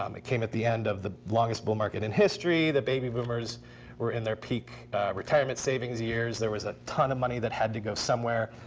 um it came at the end of the longest bull market in history. the baby boomers were in their peak retirement savings years. there was a ton of money that had to go somewhere.